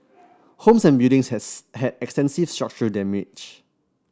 homes and buildings has had extensive structural damage